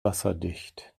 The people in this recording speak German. wasserdicht